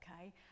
okay